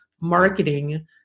marketing